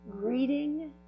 Greeting